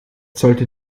sollte